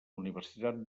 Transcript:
universitat